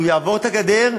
הוא יעבור את הגדר,